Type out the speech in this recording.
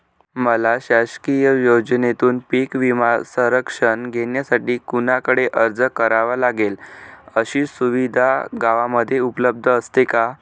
मला शासकीय योजनेतून पीक विमा संरक्षण घेण्यासाठी कुणाकडे अर्ज करावा लागेल? अशी सुविधा गावामध्ये उपलब्ध असते का?